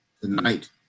tonight